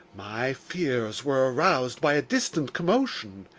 my fears were aroused by a distant commotion.